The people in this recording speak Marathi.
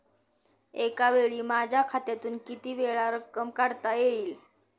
एकावेळी माझ्या खात्यातून कितीवेळा रक्कम काढता येईल?